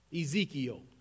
Ezekiel